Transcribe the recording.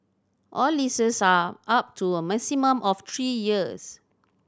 all leases are up to a maximum of three years